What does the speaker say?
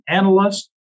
analyst